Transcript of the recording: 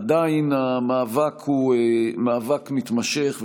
עדיין המאבק הוא מאבק מתמשך,